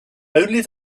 only